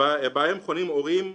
בהם חונים הורים וכדו'.